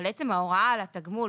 אבל עצם ההוראה על התגמול,